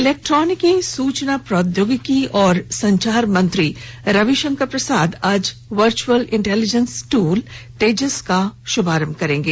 इलेक्ट्रॉनिकी सूचना प्रौद्योगिकी और संचार मंत्री रविशंकर प्रसाद आज वर्चुअल इंटेलीजेंस ट्रल तेजस का शुभारंभ करेंगे